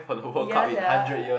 ya sia